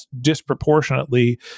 disproportionately